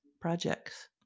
projects